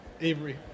Avery